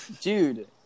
Dude